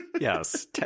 Yes